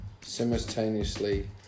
Simultaneously